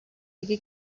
دیگه